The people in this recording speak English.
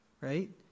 right